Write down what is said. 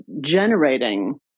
generating